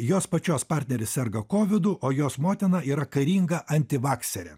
jos pačios partneris serga kovidu o jos motina yra karinga antivakserė